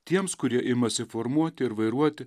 tiems kurie imasi formuoti ir vairuoti